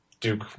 Duke